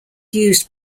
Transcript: used